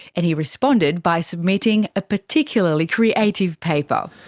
and he responded by submitting a particularly creative paper.